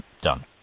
done